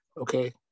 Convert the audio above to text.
Okay